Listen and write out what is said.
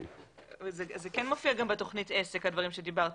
זה כן מופיע בתוכנית עסק, הדברים עליהם דיברת.